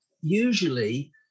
usually